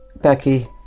Becky